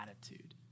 attitude